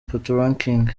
patoranking